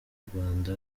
rwanda